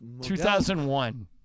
2001